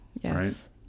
Yes